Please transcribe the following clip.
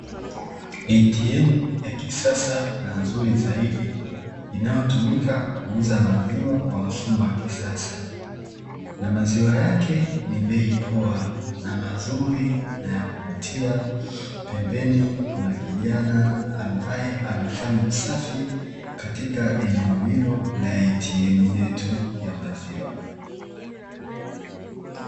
"ATM" ya kisasa na nzuri zaidi inayotumika kuuza maziwa kwa mfumo wa kisasa. Na maziwa yake ni bei poa na mazuri na ya kuvutia, pembeni kuna kijana ambaye anafanya usafi katika eneo hilo na "ATM" yetu ya maziwa.